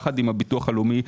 יחד עם הביטוח הלאומי,